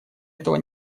этого